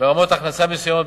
ברמות הכנסה מסוימות.